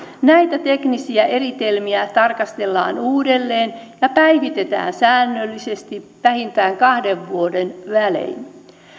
näitä teknisiä eritelmiä tarkastellaan uudelleen ja päivitetään säännöllisesti vähintään kahden vuoden välein